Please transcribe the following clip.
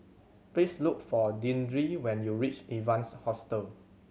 please look for Deandre when you reach Evans Hostel